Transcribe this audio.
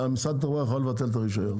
המשרד התחבורה יכול לבטל את הרישיון.